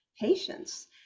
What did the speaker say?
patience